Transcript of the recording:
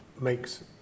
makes